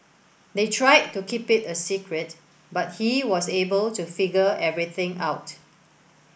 they tried to keep it a secret but he was able to figure everything out